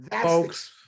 Folks